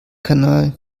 kanal